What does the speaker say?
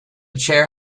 chair